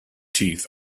teeth